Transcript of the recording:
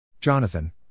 Jonathan